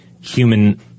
human